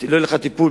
לא יהיה לך טיפול,